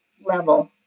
level